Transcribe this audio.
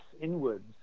inwards